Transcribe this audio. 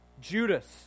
Judas